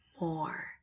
more